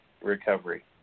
recovery